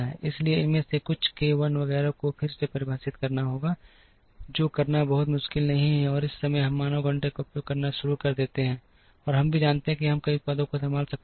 इसलिए इनमें से कुछ k 1 वगैरह को फिर से परिभाषित करना होगा जो करना बहुत मुश्किल नहीं है और इस समय हम मानव घंटे का उपयोग करना शुरू कर देते हैं हम यह भी जानते हैं कि हम कई उत्पादों को संभाल सकते हैं